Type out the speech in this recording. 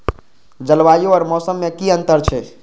जलवायु और मौसम में कि अंतर छै?